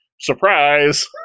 surprise